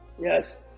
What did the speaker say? Yes